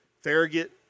farragut